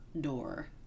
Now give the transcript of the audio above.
door